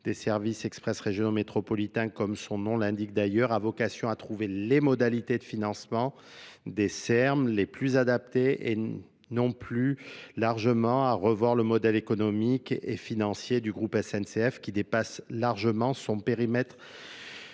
des services express régionaux métropolitains comme son nom l'indique d'ailleurs a vocation à trouver financement des E R Ms les plus adaptés et non pluss largement à revoir le modèle économique et financier du groupe N C F qui dépasse largement son périmètre.